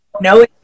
no